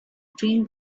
tree